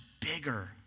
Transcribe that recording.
bigger